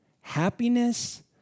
happiness